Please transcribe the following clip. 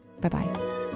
Bye-bye